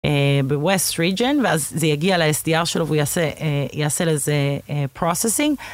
ב-West Region, ואז זה יגיע ל-SDR שלו ויעשה איזה processing.